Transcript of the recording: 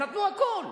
נתנו הכול.